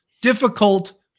Difficult